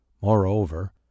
Moreover